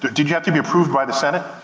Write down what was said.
did you have to be approved by the senate?